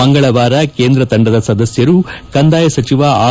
ಮಂಗಳವಾರ ಕೇಂದ್ರ ತಂಡದ ಸದಸ್ಧರು ಕಂದಾಯ ಸಚಿವ ಆರ್